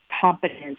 competence